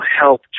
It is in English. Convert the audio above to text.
help